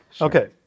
Okay